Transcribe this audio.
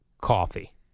coffee